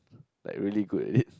like really good at it